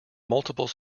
multiple